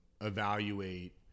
evaluate